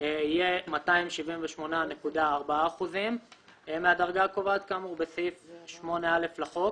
יהיה 278.4% מהדרגה הקובעת כאמור בסעיף 8א לחוק.